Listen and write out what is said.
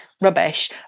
rubbish